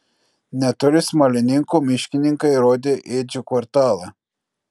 netoli smalininkų miškininkai rodė ėdžių kvartalą